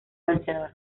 vencedor